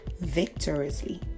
victoriously